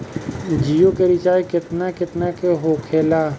जियो के रिचार्ज केतना केतना के होखे ला?